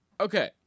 Okay